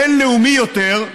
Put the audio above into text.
בין-לאומי יותר,